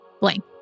blank